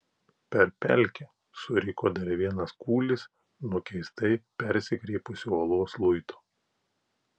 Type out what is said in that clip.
per pelkę suriko dar vienas kūlis nuo keistai persikreipusio uolos luito